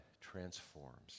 transforms